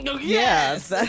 Yes